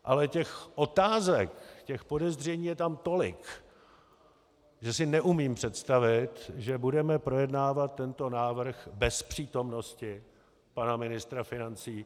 Ale těch otázek, těch podezření je tam tolik, že si neumím představit, že budeme projednávat tento návrh bez přítomnosti pana ministra financí.